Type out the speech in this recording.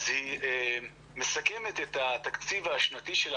אז היא מסכמת את התקציב השנתי שלה,